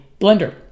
blender